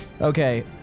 Okay